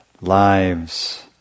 lives